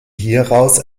hieraus